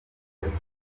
yataye